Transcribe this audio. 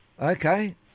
Okay